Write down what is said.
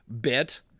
bit